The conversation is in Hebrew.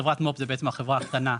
חברת מו"פ זה בעצם החברה הקטנה.